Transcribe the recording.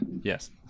Yes